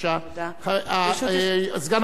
ברשות יושב-ראש הכנסת,